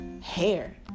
hair